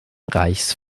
reichs